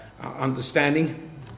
understanding